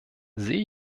sehe